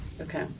Okay